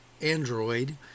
Android